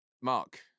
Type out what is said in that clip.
Mark